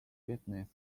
business